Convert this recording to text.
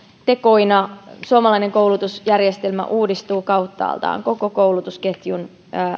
tekoina suomalainen koulutusjärjestelmä uudistuu kauttaaltaan koko koulutusketjun